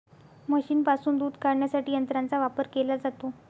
म्हशींपासून दूध काढण्यासाठी यंत्रांचा वापर केला जातो